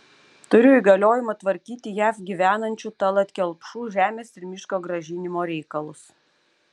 turiu įgaliojimą tvarkyti jav gyvenančių tallat kelpšų žemės ir miško grąžinimo reikalus